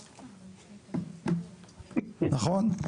נכון?